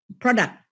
product